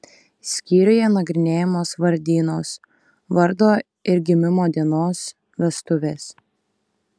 skyriuje nagrinėjamos vardynos vardo ir gimimo dienos vestuvės